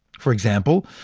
for example,